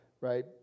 Right